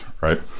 right